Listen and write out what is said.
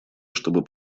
чтобы